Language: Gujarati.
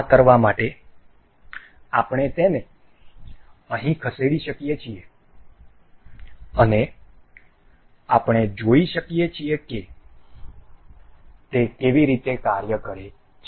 આ કરવા માટે આપણે તેને અહીં ખસેડી શકીએ છીએ અને આપણે જોઈ શકીએ છીએ કે તે કેવી રીતે કાર્ય કરે છે